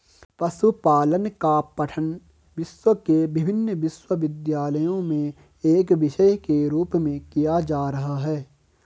पशुपालन का पठन विश्व के विभिन्न विश्वविद्यालयों में एक विषय के रूप में किया जा रहा है